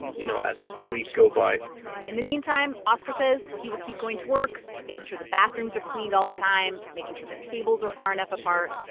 you know, as the weeks go by in the meantime, oscar says he will keep going to work, making sure the bathrooms are cleaned all the time, making sure the tables are far enough apart,